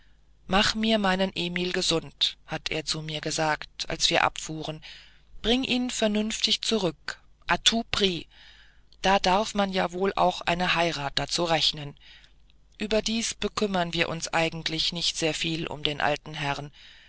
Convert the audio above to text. mache mir meinen emil gesund hat er zu mir gesagt als wir abfuhren bringe ihn vernünftig zurück tout prix da darf man ja wohl auch eine heirat dazu rechnen und überdies bekümmern wir uns eigentlich nicht sehr viel um den alten herrn